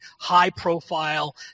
high-profile